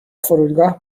فرودگاه